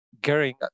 gearing